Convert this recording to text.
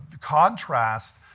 contrast